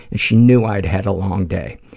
and she knew i'd had a long day.